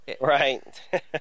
Right